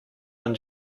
than